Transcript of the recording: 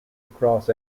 across